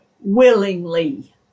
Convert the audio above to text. willingly